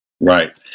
Right